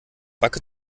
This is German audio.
backe